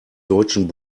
deutschen